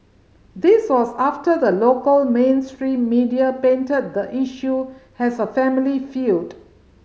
this was after the local mainstream media painted the issue has a family feud